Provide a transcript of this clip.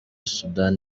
soudan